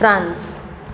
France